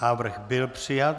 Návrh byl přijat.